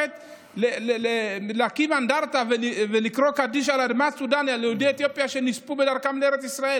משלמים יותר מאשר סטודנטים שלומדים בארץ,